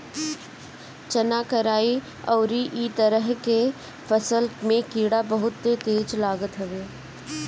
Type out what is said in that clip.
चना, कराई अउरी इ तरह के फसल में कीड़ा बहुते तेज लागत हवे